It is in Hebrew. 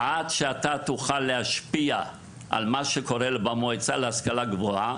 עד שאתה תוכל להשפיע על מה שקורה במועצה להשכלה גבוהה